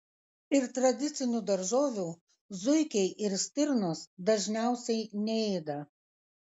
ir tradicinių daržovių zuikiai ir stirnos dažniausiai neėda